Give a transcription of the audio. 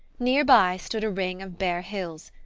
near by stood a ring of bare hills,